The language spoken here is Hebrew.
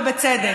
ובצדק.